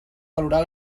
valorar